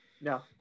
No